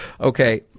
Okay